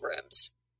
rooms